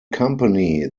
company